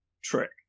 trick